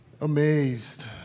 amazed